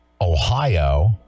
Ohio